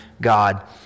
God